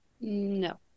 No